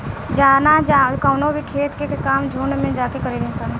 जाना कवनो भी खेत के काम झुंड में जाके करेली सन